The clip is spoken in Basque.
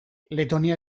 letonia